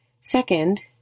Second